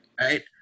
Right